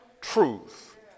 truth